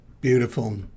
Beautiful